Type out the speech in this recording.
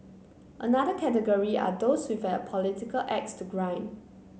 another category are those with a political axe to grind